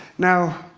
now,